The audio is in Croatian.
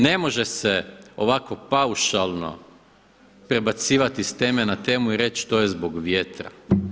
Ne može se ovako paušalno prebacivati s teme na temu i reći to je zbog vjetra.